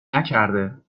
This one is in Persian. نکرده